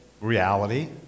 reality